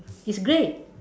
it's grey